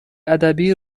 ادبی